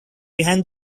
behind